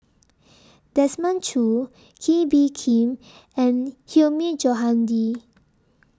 Desmond Choo Kee Bee Khim and Hilmi Johandi